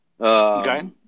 Okay